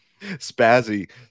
Spazzy